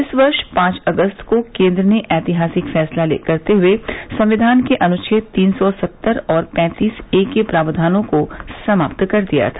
इस वर्ष पांच अगस्त को केन्द्र ने ऐतिहासिक फैसला करते हुए संविधान के अनुच्छेद तीन सौ सत्तर और पैंतीस ए के प्रावधानों को समाप्त कर दिया था